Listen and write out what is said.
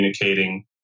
communicating